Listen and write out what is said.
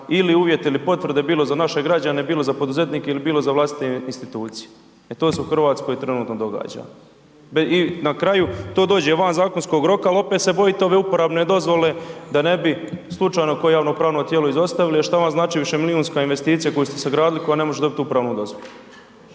ili uvjete ili potvrde bilo za naše građane, bilo za poduzetnike ili bilo za vlastite institucije. E to se u Hrvatskoj trenutno događa. I na kraju to dođe van zakonskog roka ali se opet bojite ove uporabne dozvole da ne bi slučajno koje javnopravno tijelo izostavili, a šta vam znači višemilijunska investicija koju ste sagradili koja ne može dobiti uporabnu dozvolu.